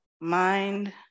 mind